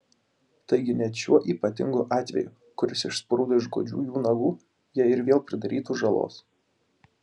taigi net šiuo ypatingu atveju kuris išsprūdo iš godžių jų nagų jie ir vėl pridarytų žalos